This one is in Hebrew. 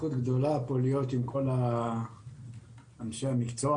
זכות גדולה להיות פה עם כל אנשי המקצוע